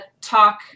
talk